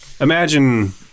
imagine